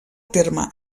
terme